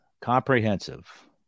comprehensive